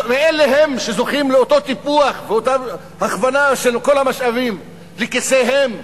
הם אלה שזוכים לאותו טיפוח והכוונה של כל המשאבים לכיסיהם.